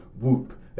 Whoop